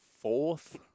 fourth